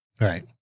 Right